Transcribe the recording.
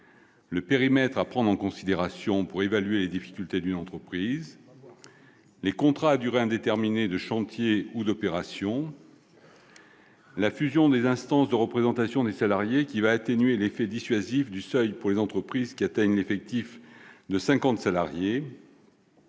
le périmètre à prendre en considération pour évaluer les difficultés d'une entreprise, les contrats de chantier ou d'opération à durée indéterminée, la fusion des instances de représentation des salariés, qui va atténuer l'effet dissuasif de seuil pour les entreprises dont l'effectif atteint 50 salariés,